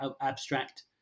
abstract